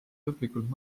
lõplikult